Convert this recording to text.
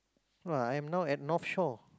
oh I'm not I'm Northshore